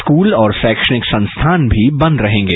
school और शैक्षिक संस्थान भी बंद रहेंगे